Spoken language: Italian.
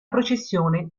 processione